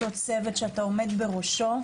אותו צוות שאתה עומד בראשו,